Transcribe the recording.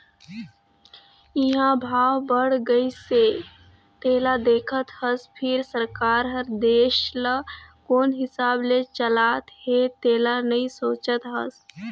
इंहा भाव बड़ गइसे तेला देखत हस फिर सरकार हर देश ल कोन हिसाब ले चलात हे तेला नइ सोचत हस